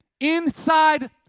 Inside